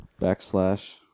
Backslash